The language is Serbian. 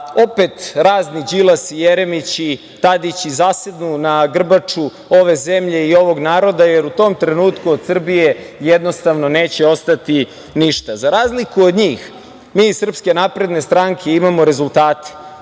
opet razni Đilasi, Jeremići, Tadići zasednu na grbaču ove zemlje i ovog naroda, jer u tom trenutku od Srbije, jednostavno, neće ostati ništa.Za razliku od njih, mi iz Srpske napredne stranke imamo rezultate.